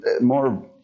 more